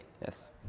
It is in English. yes